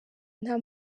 nta